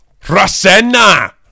Rasenna